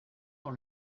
dans